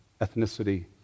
ethnicity